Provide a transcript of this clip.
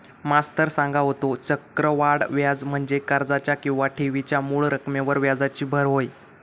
मास्तर सांगा होतो, चक्रवाढ व्याज म्हणजे कर्जाच्या किंवा ठेवीच्या मूळ रकमेवर व्याजाची भर होय